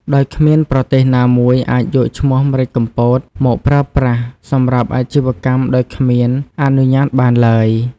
ដោយគ្មានប្រទេសណាមួយអាចយកឈ្មោះម្រេចកំពតមក ប្រើប្រាស់ សម្រាប់អាជីវកម្មដោយគ្មានអនុញ្ញាតបានឡើយ។